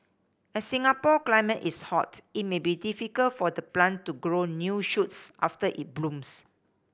as Singapore climate is hot it may be difficult for the plant to grow new shoots after it blooms